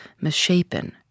misshapen